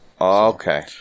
okay